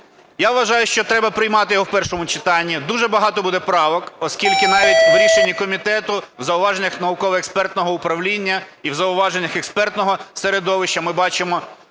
Я вважаю, що треба приймати його в першому читанні. Дуже багато буде правок, оскільки навіть в рішенні комітету, в зауваженнях науково-експертного управління і в зауваженнях експертного середовища ми бачимо